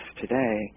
today